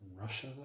Russia